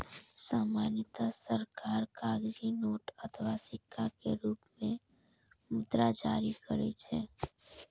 सामान्यतः सरकार कागजी नोट अथवा सिक्का के रूप मे मुद्रा जारी करै छै